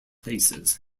places